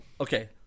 Okay